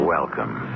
Welcome